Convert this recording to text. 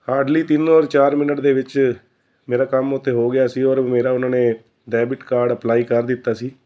hardly ਤਿੰਨ ਔਰ ਚਾਰ ਮਿਨਟ ਦੇ ਵਿੱਚ ਮੇਰਾ ਕੰਮ ਉੱਥੇ ਹੋ ਗਿਆ ਸੀ ਔਰ ਮੇਰਾ ਉਹਨਾਂ ਨੇ ਡੈਬਿਟ ਕਾਰਡ ਅਪਲਾਈ ਕਰ ਦਿੱਤਾ ਸੀ